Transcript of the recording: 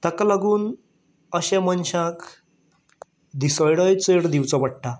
ताका लागून अशे मनशाक दिसवडोय चड दिवचो पडटा